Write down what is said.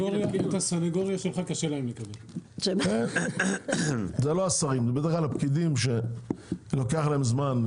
אני מדבר על הפקידים שלוקח להם זמן,